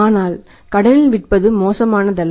ஆனால் கடனில் விற்பது மோசமானதல்ல